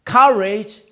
courage